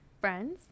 friends